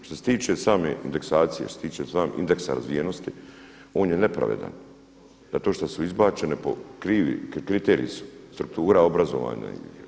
Što se tiče same indeksacije, što se tiče indeksa razvijenosti on je nepravedan zato što su izbačene po, krivi, kriteriji su, struktura obrazovanja.